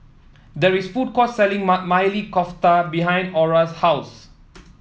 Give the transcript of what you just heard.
there is a food court selling Maili Kofta behind Orra's house